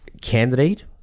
candidate